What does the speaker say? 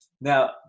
Now